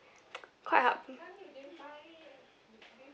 quite hard